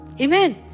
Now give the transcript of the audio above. Amen